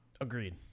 Agreed